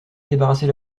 débarrasser